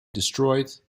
destroyed